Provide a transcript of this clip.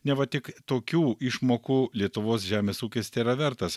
neva tik tokių išmokų lietuvos žemės ūkis tėra vertas